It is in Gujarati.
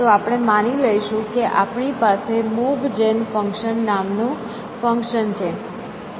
તો આપણે માની લઈશું કે આપણી પાસે મૂવ જેન ફંક્શન નામ નું ફંક્શન છે